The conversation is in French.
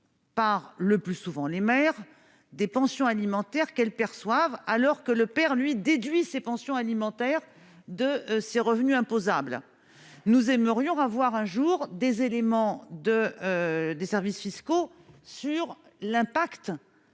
par le plus souvent, les maires des pensions alimentaires qu'elles perçoivent alors que le père lui déduit ses pensions alimentaires de ses revenus imposables : nous aimerions avoir un jour des éléments de des services fiscaux sur l'impact